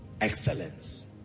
Excellence